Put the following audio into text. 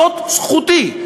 זאת זכותי.